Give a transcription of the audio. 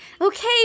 okay